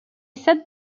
said